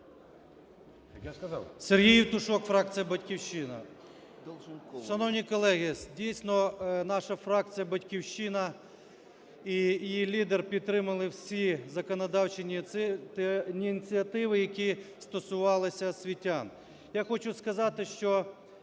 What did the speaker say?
Сергій Євтушок, фракція "Батьківщина". Шановні колеги, дійсно, наша фракція "Батьківщина" і її лідер підтримали всі законодавчі ініціативи, які стосувалися освітян.